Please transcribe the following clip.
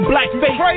Blackface